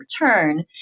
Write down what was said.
return